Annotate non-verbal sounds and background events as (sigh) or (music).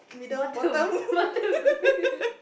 bottom (laughs) bottom